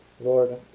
Lord